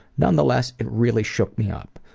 nonetheless, it really shook me up.